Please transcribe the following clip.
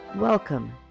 Welcome